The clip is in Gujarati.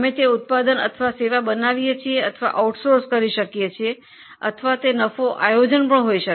તે ઉત્પાદન બનાવવાનો ખરીદવાનો અથવા આઉટસોર્સ કરવાનો નિર્ણય પણ હોઈ શકે છે